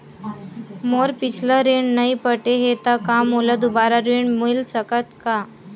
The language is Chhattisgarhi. मोर पिछला ऋण नइ पटे हे त का मोला दुबारा ऋण मिल सकथे का?